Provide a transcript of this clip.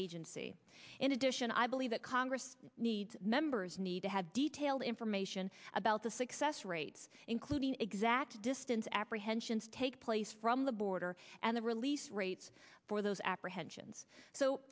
agency in a dish and i believe that congress needs members need to have detailed information about the success rates including exact distance apprehensions take place from the border and the release rates for those apprehensions so